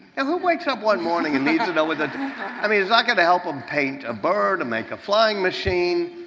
and who wakes up one morning and needs to know what i mean, it's not going to help him paint a bird or make a flying machine.